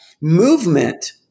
movement